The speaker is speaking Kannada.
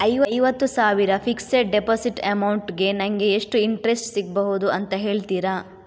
ಐವತ್ತು ಸಾವಿರ ಫಿಕ್ಸೆಡ್ ಡೆಪೋಸಿಟ್ ಅಮೌಂಟ್ ಗೆ ನಂಗೆ ಎಷ್ಟು ಇಂಟ್ರೆಸ್ಟ್ ಸಿಗ್ಬಹುದು ಅಂತ ಹೇಳ್ತೀರಾ?